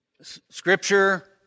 Scripture